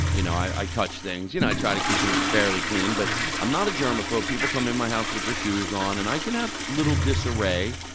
you know i touch things. you know i try to keep things fairly clean, but i'm not a germophobe. people come in my house with their shoes on, and i can have a little disarray.